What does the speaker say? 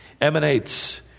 emanates